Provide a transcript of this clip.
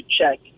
check